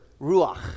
ruach